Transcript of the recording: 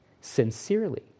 sincerely